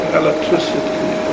electricity